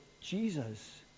Jesus